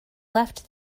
left